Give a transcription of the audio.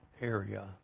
area